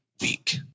week